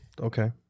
Okay